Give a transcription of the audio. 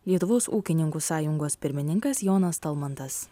lietuvos ūkininkų sąjungos pirmininkas jonas talmantas